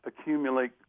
accumulate